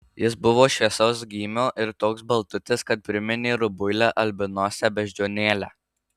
jis buvo šviesaus gymio ir toks baltutis kad priminė rubuilę albinosę beždžionėlę